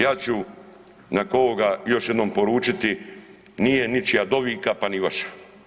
Ja ću nakon ovoga još jednom poručiti „nije ničija dovika, pa ni vaša.